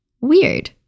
Weird